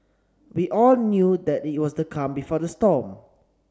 we all knew that it was the calm before the storm